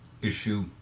issue